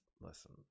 Listen